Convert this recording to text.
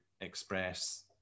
express